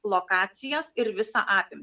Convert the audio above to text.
lokacijas ir visą apimtį